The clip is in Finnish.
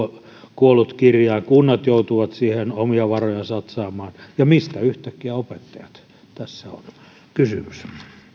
kuollut kirjain kunnat joutuvat siihen omia varojaan satsaamaan ja mistä yhtäkkiä opettajat tästä on kysymys